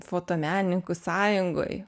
fotomenininkų sąjungoj